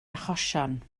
achosion